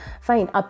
Fine